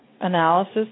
analysis